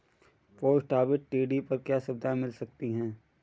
Post office TD पर क्या सुविधाएँ मिल सकती है?